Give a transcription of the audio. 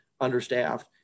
understaffed